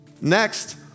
Next